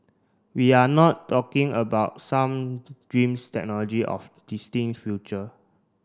we are not talking about some dreams technology of future